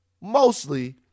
mostly